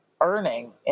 earning